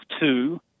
two